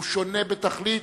הוא שונה בתכלית,